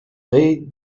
ray